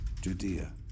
Judea